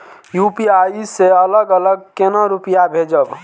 UPI से अलग अलग केना रुपया भेजब